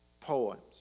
poems